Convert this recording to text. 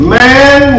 man